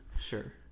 Sure